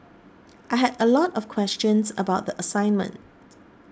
I had a lot of questions about the assignment